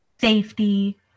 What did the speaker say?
safety